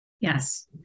Yes